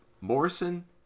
Morrison